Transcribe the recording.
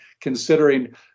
considering